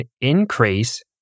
increase